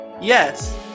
Yes